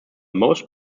most